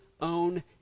own